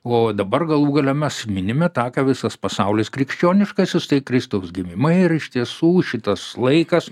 o dabar galų gale mes minime tą ką visas pasaulis krikščioniškasis tai kristaus gimimą ir iš tiesų šitas laikas